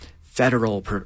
federal